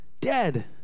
Dead